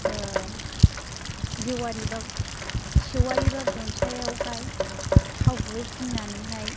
जेवारि एबा सेवारि एबा गनसायावहाय थाव गुबै फुननानैहाय